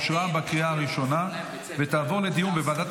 אושרה בקריאה הראשונה ותעבור לדיון בוועדת